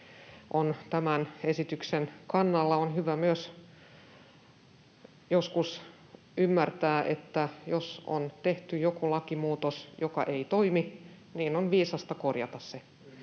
tämän esityksen kannalla. On hyvä joskus myös ymmärtää, että jos on tehty joku lakimuutos, joka ei toimi, niin on viisasta korjata se.